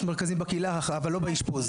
יש מרכזים בקהילה, אבל לא באשפוז.